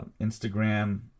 Instagram